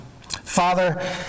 Father